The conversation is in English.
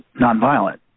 nonviolent